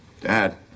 Dad